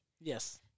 Yes